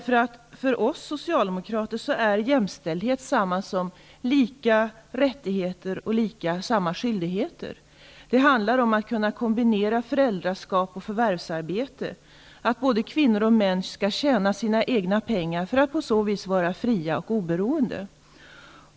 För oss socialdemokrater är jämställdhet detsamma som lika rättigheter och samma skyldigheter. Det handlar om att kunna kombinera föräldraskap och förvärvsarbete. Både kvinnor och män skall tjäna sina egna pengar för att på så vis vara fria och oberoende.